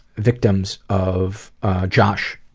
victims of josh,